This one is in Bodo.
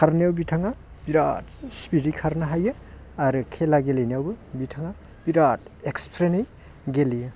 खारनायाव बिथाङा बिरात स्पिडै खारनो हायो आरो खेला गेलेनायावबो बिथाङा बिरात एक्कसप्रेनै गेलेयो